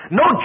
no